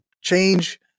change